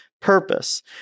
purpose